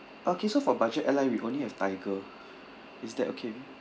okay so for budget airline we only have Tiger is that okay with you